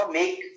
make